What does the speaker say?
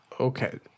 okay